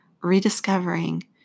rediscovering